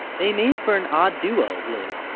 they made for an odd duo, really.